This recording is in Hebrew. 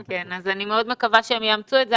אז אני מאוד מקווה שהם יאמצו את זה.